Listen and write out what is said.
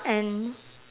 and